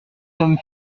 sommes